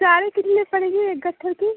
सारे कितने की पड़ेगी एक गट्ठर की